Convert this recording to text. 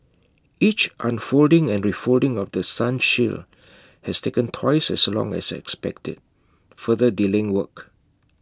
each unfolding and refolding of The Sun shield has taken twice as long as expected further delaying work